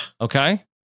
okay